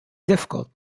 difficult